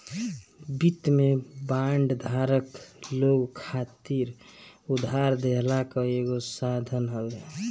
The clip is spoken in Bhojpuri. वित्त में बांड धारक लोग खातिर उधार देहला कअ एगो साधन हवे